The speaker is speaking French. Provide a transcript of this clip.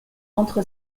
entre